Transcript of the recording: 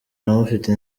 mufite